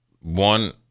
one